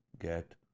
get